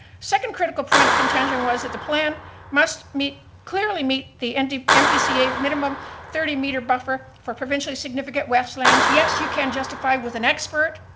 second critical point of contention was that the plan must clearly meet the and the npca minimum thirty meter buffer for provincially significant wetlands. yes, you can justify with an expert.